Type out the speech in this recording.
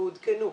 ועודכנו,